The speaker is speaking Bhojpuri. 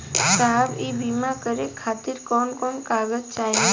साहब इ बीमा करें खातिर कवन कवन कागज चाही?